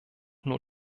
nur